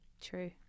True